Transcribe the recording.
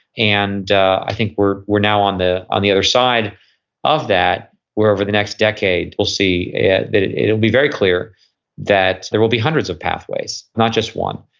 and i think we're we're now on the on the other side of that where over the next decade we'll see ah that it'll be very clear that there will be hundreds of pathways, not just one.